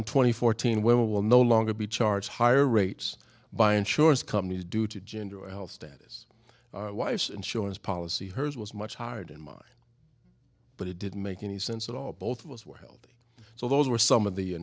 in twenty fourteen when will no longer be charged higher rates by insurance companies due to gender al status wife's insurance policy hers was much higher than mine but it didn't make any sense at all both of us were held so those were some of the